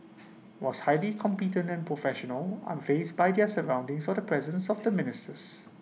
was highly competent and professional unfazed by their surroundings or the presence of the ministers